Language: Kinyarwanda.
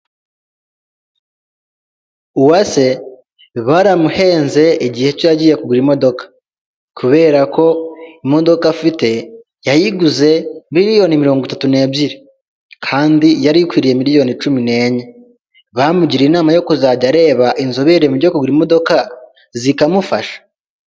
Uwase baramuhenze igihe cyo yagiye kugura imodoka kubera ko imodoka afite yayiguze miliyoni mirongo itatu n'ebyiri kandi yari ikwiriye miliyoni cumi nenye bamugiriye inama yo kuzajya areba inzobere mu byo kugura imodoka zikamufasha.